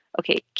okay